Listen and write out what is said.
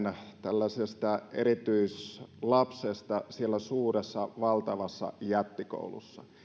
tällaisesta erityislapsesta siellä suuressa valtavassa jättikoulussa